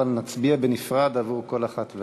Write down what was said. אבל נצביע בנפרד עבור כל אחת ואחת.